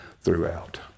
throughout